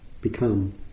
become